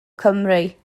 cymru